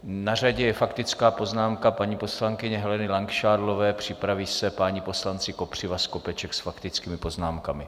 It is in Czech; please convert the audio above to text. Na řadě je faktická poznámka paní poslankyně Heleny Langšádlové, připraví se páni poslanci Kopřiva, Skopeček s faktickými poznámkami.